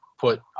put